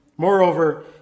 Moreover